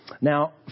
Now